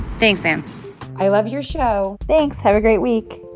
thanks, sam i love your show thanks. have a great week